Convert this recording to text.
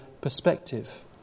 perspective